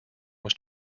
was